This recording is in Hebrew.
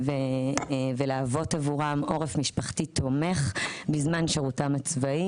ולהוות עבורם עורף משפחתי תומך בזמן שירותם הצבאי.